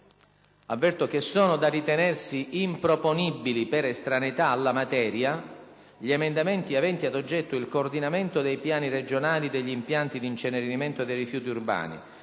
Avverto che sono da ritenersi improponibili per estraneitaalla materia gli emendamenti aventi ad oggetto il coordinamento dei piani regionali degli impianti di incenerimento dei rifiuti urbani,